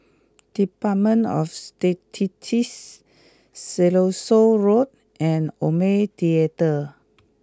Department of Statistics Siloso Road and Omni Theatre